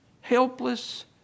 helpless